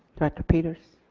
director peters.